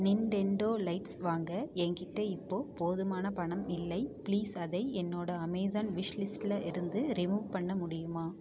Nintendo lights வாங்க என்கிட்ட இப்போது போதுமான பணம் இல்லை ப்ளீஸ் அதை என்னோட அமேசான் விஷ்லிஸ்ட்டில் இருந்து ரிமூவ் பண்ண முடியுமா